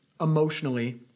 emotionally